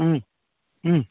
ம் ம்